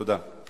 תודה.